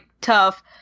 tough